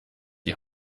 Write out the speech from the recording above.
die